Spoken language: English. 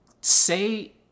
Say